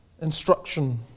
instruction